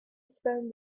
spend